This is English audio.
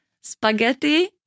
Spaghetti